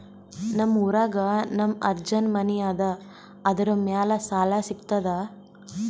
ನಮ್ ಊರಾಗ ನಮ್ ಅಜ್ಜನ್ ಮನಿ ಅದ, ಅದರ ಮ್ಯಾಲ ಸಾಲಾ ಸಿಗ್ತದ?